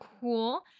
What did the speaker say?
cool